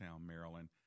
Maryland